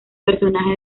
personaje